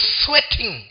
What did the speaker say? sweating